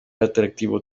atractivo